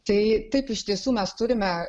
tai taip iš tiesų mes turime